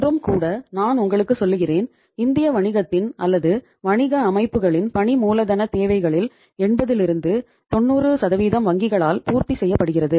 இன்றும் கூட நான் உங்களுக்குச் சொல்கிறேன் இந்திய வணிகத்தின் அல்லது வணிக அமைப்புகளின் பணி மூலதனத் தேவைகளில் 80 90 வங்கிகளால் பூர்த்தி செய்யப்படுகிறது